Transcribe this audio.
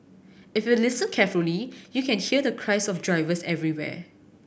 if you listen carefully you can hear the cries of drivers everywhere